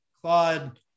Claude